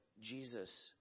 Jesus